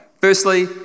Firstly